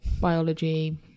biology